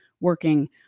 working